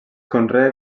conrea